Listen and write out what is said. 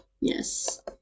Yes